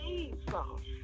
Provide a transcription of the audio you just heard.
Jesus